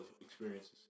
experiences